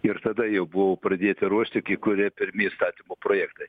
ir tada jau buvo pradėta ruošti kai kurie pirmi įstatymo projektai